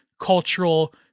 cultural